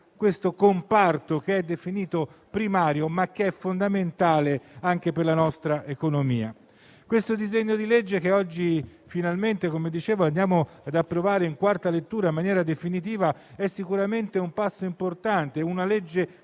questo comparto che è definito primario, ma che è fondamentale anche per la nostra economia. Il disegno di legge che oggi finalmente ci accingiamo ad approvare in quarta lettura in maniera definitiva è sicuramente un passo importante, una legge quadro,